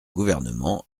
gouvernement